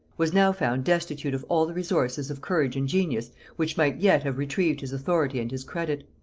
was now found destitute of all the resources of courage and genius which might yet have retrieved his authority and his credit.